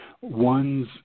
one's